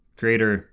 creator